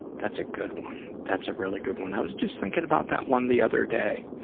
that's a good one. that's a really good one. i was just thinking about that one the other day.